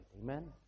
Amen